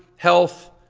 health,